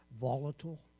volatile